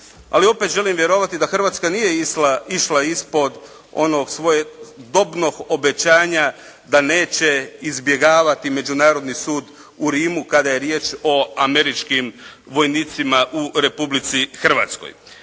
ali opet želim vjerovati da Hrvatska nije išla ispod onog svojedobnog obećanja da neće izbjegavati Međunarodni sud u Rimu kada je riječ o američkim vojnicima u Republici Hrvatskoj.